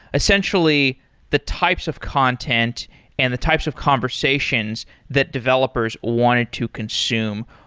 essentially the types of content and the types of conversations that developers wanted to consume.